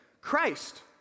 Christ